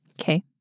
Okay